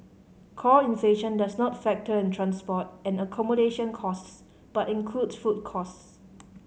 core inflation does not factor in transport and accommodation costs but includes food costs